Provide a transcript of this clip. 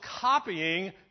copying